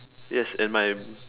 yes and my